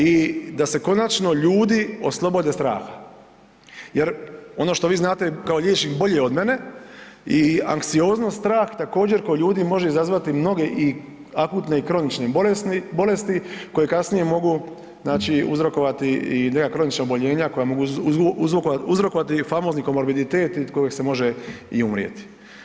I da se konačno ljudi oslobode straha jer ono što vi znate kao liječnik bolje od mene i anksioznost strah također kod ljudi može izazvati mnoge i akutne i kronične bolesti koje kasnije mogu uzrokovati i neka kronična oboljenja koja mogu uzrokovati famozni komorbiditet od kojeg se može umrijeti.